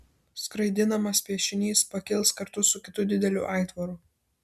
skraidinamas piešinys pakils kartu su kitu dideliu aitvaru